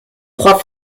trois